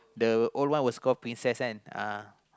the old one was called princess one ah